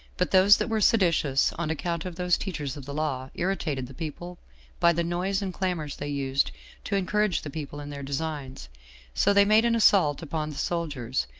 but those that were seditious on account of those teachers of the law, irritated the people by the noise and clamors they used to encourage the people in their designs so they made an assault upon the soldiers,